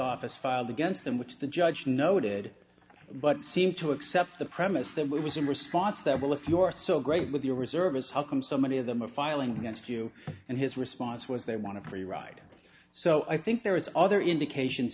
office filed against them which the judge noted but seemed to accept the premise that it was in response that well if you're so great with your reservist how come so many of them are filing against you and his response was they want to free ride so i think there is other indications